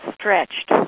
stretched